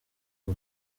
ngo